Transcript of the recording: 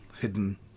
hidden